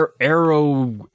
arrow